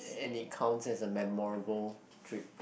and is counted as a memorable trip